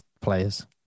players